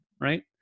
right